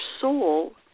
soul